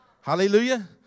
Hallelujah